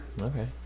Okay